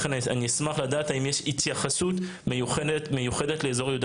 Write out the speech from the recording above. לכן אני אשמח לדעת אם יש התייחסות מיוחדת לאזור יהודה